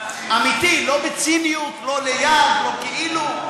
אמיתי, לא בציניות, לא ליד, לא כאילו.